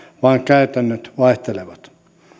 vaan käytännöt vaihtelevat